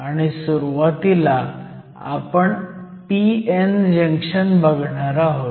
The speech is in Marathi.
आणि सुरुवातीला आपण p n जंक्शन बघणार आहोत